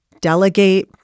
delegate